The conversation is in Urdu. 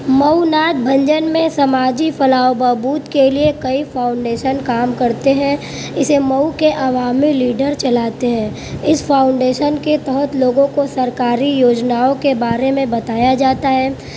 مئو ناتھ بھنجن میں سماجی فلاح و بہبود کے لئے کئی فاؤنڈیشن کام کرتے ہیں اسے مئو کے عوامی لیڈر چلاتے ہیں اس فاؤنڈیشن کے تحت لوگوں کو سرکاری یوجناؤں کے بارے میں بتایا جاتا ہے